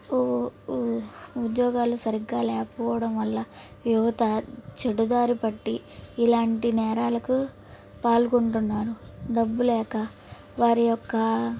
ఉ ఉ ఉద్యోగాలు సరిగ్గా లేకపోవడం వల్ల యువత చెడు దారి పట్టి ఇలాంటి నేరాలకు పాల్గొంటున్నారు డబ్బులేక వారి యొక్క